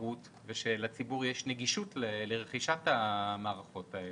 תחרות ושלציבור יש נגישות לרכישת המערכות האלה.